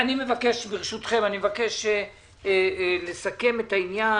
ברשותכם, אני מבקש לסכם את העניין.